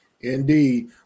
Indeed